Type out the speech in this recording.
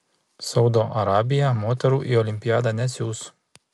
saudo arabija moterų į olimpiadą nesiųs